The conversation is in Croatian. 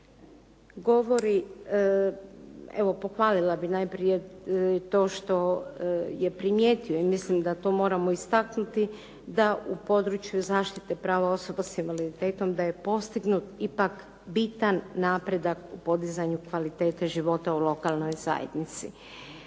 govori evo pohvalila bih najprije to što je primijetio i mislim da to moramo istaknuti da u području zaštite prava osoba s invaliditetom da je postignut ipak bitan napredak u podizanju kvalitete života u lokalnoj zajednici.